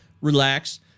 relax